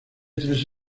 tres